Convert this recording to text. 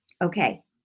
Okay